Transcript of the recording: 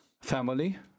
family